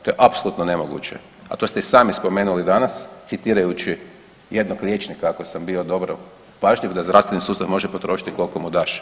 To je apsolutno nemoguće, a to ste i sami spomenuli danas citirajući jednog liječnika ako sam bio dovoljno pažljiv, da zdravstveni sustav može potrošiti koliko mu daš.